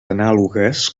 anàlogues